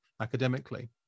academically